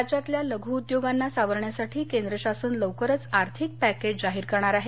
राज्यातल्या लघु उद्योगांना सावरण्यासाठी केंद्र शासन लवकरच आर्थिक पॅकेज जाहीर करणार आहे